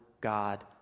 God